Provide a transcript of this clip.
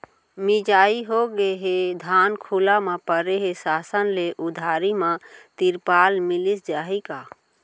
मिंजाई होगे हे, धान खुला म परे हे, शासन ले उधारी म तिरपाल मिलिस जाही का?